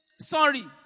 sorry